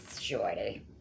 Shorty